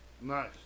Nice